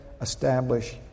establish